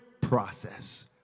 process